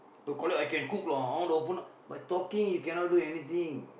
I can cook lah the opponent by talking you can not do anything